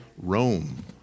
Rome